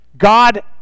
God